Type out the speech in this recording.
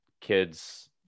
kids